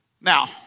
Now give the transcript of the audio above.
Now